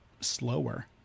slower